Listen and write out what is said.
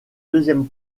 deuxième